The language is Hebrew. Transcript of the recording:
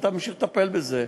ומישהו צריך לטפל בזה.